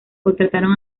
contrataron